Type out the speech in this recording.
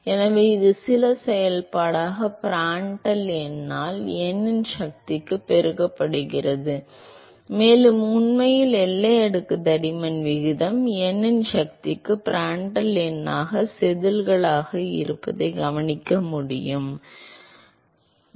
எனவே இது சில செயல்பாடாக ப்ராண்ட்டல் எண்ணால் n இன் சக்திக்கு பெருக்கப்படுகிறது மேலும் உண்மையில் எல்லை அடுக்கு தடிமன் விகிதம் n இன் சக்திக்கு பிராண்டட்ல் எண்ணாக செதில்களாக இருப்பதைக் கவனிப்பதன் காரணமாக இது உள்ளது